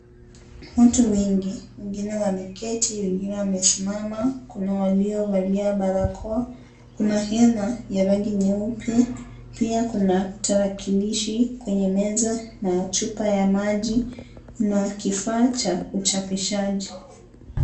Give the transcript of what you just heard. Watu wengi, wengine wameketi wengine wamesimama, kuna waliovalia barakoa, kuna hema ya rangi nyeupe, pia kuna tarakilishi na chupa ya maji, kuna kifaa cha uchapishaji.